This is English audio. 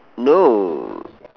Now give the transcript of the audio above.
no